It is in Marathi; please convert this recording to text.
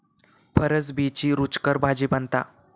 फरसबीची रूचकर भाजी बनता